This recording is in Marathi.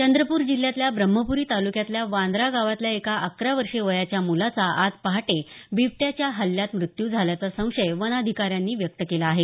चंद्रपूर जिल्ह्यातल्या ब्रम्हपूरी तालुक्यातल्या वांद्रा गावातल्या एका अकरा वर्षे वयाच्या मुलाचा आज पहाटे बिबट्याच्या हल्ल्यात मृत्यू झाल्याचा संशय वनाधिकाऱ्यांनी व्यक्त केला आहे